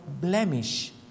blemish